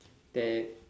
there